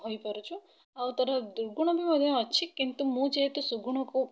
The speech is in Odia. ହୋଇପାରୁଛୁ ଆଉ ତା'ର ର୍ଦୁଗୁଣ ବି ମଧ୍ୟ ଅଛି କିନ୍ତୁ ମୁଁ ଯେହେତୁ ସୁଗୁଣକୁ